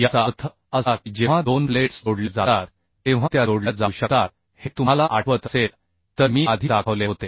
याचा अर्थ असा की जेव्हा दोन प्लेट्स जोडल्या जातात तेव्हा त्या जोडल्या जाऊ शकतात हे तुम्हाला आठवत असेल तर मी आधी दाखवले होते